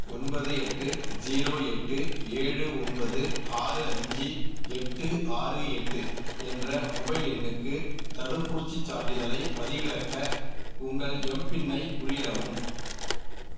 ஒன்பது எட்டு ஜீரோ எட்டு ஏழு ஒன்பது ஆறு ஐந்து எட்டு ஆறு எட்டு என்ற மொபைல் எண்ணுக்கு தடுப்பூசிச் சான்றிதழைப் பதிவிறக்க உங்கள் எம்பின்ஐ உள்ளிடவும்